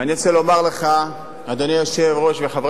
היו"ר ראובן